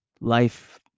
life